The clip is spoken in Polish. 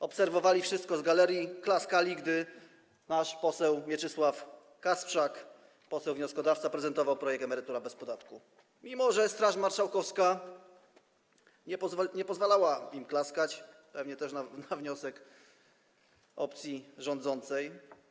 Obserwowali wszystko z galerii, klaskali, gdy nasz poseł Mieczysław Kasprzak, poseł wnioskodawca, prezentował projekt Emerytura bez podatku, mimo że Straż Marszałkowska nie pozwalała im klaskać, pewnie też na wniosek opcji rządzącej.